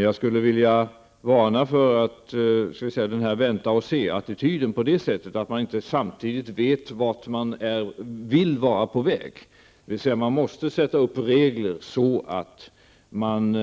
Jag vill dock varna för den här vänta-och-se-attityden som innebär att man inte samtidigt vet vart man vill vara på väg. Man måste sätta upp regler så att man